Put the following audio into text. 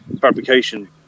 fabrication